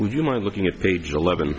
would you mind looking at age eleven